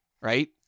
right